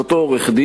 את אותו עורך-דין,